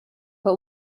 but